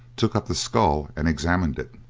took up the skull, and examined it.